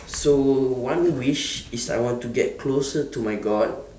so one wish is I want to get closer to my god